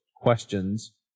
questions